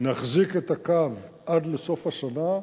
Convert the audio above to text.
נחזיק את הקו עד לסוף השנה,